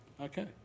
Okay